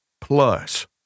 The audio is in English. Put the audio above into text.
plus